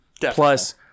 Plus